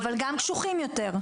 אבל גם קשוחים יותר.